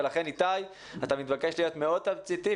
לכן אתה מתבקש להיות מאוד תמציתי,